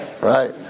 right